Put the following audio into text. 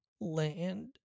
Land